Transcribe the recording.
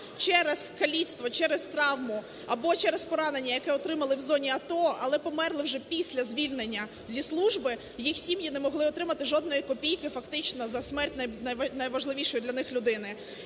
через каліцтво, через травму, або через поранення, яке отримали в зоні АТО, але померли вже після звільнення зі служби, їх сім'ї не могли отримати жодної копійки, фактично, за смерть найважливішої для них людини.